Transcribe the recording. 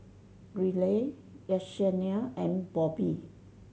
Ryleigh Yessenia and Bobbi